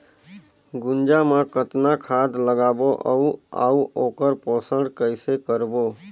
गुनजा मा कतना खाद लगाबो अउ आऊ ओकर पोषण कइसे करबो?